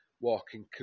walking